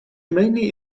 mainly